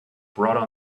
brought